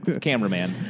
cameraman